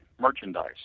merchandise